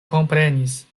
komprenis